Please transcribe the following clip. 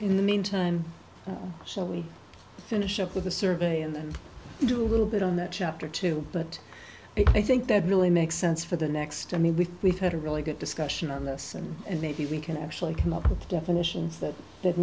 in the meantime so we finish up with the survey and then do a little bit on that chapter two but i think that really makes sense for the next to me which we've had a really good discussion on this and maybe we can actually come up with definitions that that